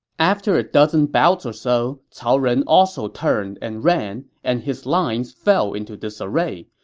after a dozen bouts or so, cao ren also turned and ran, and his lines fell into disarray.